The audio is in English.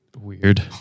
Weird